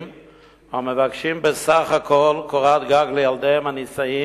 המבקשים בסך הכול קורת גג לילדיהם הנישאים,